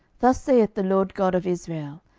thus saith the lord god of israel,